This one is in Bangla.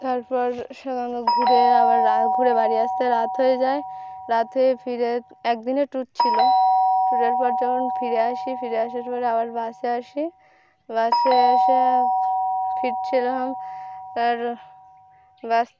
তারপর সে ঘুরে আবার ঘুরে বাড়ি আসতে রাত হয়ে যায় রাত হয়ে ফিরে একদিনের ট্যুর ছিল ট্যুরের পর যখন ফিরে আসি ফিরে আসার সময় আবার বাসে আসি বাসে এসে ফিরছিলাম আর বাস